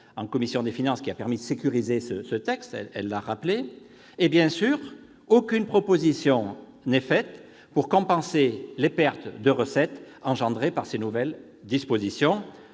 en commission des finances, qui a permis de sécuriser ce texte. En outre, aucune proposition n'est faite pour compenser les pertes de recettes suscitées par ces nouvelles dispositions.